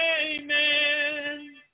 Amen